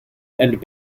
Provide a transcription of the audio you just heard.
and